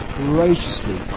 graciously